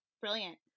Brilliant